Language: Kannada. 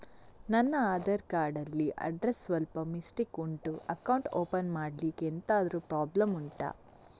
ನನ್ನ ಆಧಾರ್ ಕಾರ್ಡ್ ಅಲ್ಲಿ ಅಡ್ರೆಸ್ ಸ್ವಲ್ಪ ಮಿಸ್ಟೇಕ್ ಉಂಟು ಅಕೌಂಟ್ ಓಪನ್ ಮಾಡ್ಲಿಕ್ಕೆ ಎಂತಾದ್ರು ಪ್ರಾಬ್ಲಮ್ ಉಂಟಾ